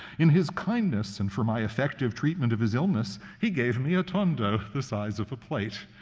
in his kindness, and for my effective treatment of his illness, he gave me a tondo the size of a plate.